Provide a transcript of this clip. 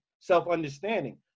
self-understanding